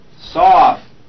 Soft